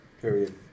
Period